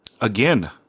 again